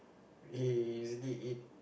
we usually eat